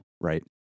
right